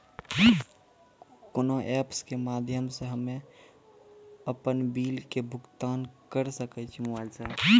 कोना ऐप्स के माध्यम से हम्मे अपन बिल के भुगतान करऽ सके छी मोबाइल से?